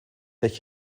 dat